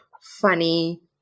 funny